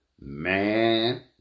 man